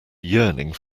yearning